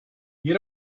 you